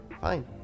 Fine